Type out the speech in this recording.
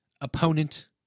opponent